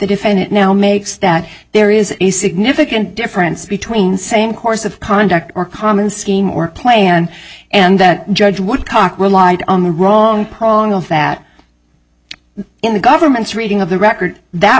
defendant now makes that there is a significant difference between same course of conduct or common scheme or plan and the judge what cock relied on the wrong prong of that in the government's reading of the record that